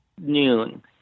noon